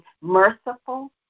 merciful